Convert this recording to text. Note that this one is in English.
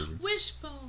Wishbone